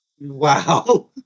Wow